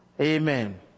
Amen